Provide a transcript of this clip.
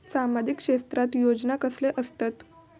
सामाजिक क्षेत्रात योजना कसले असतत?